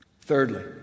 Thirdly